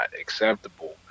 acceptable